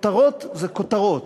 כותרות זה כותרות.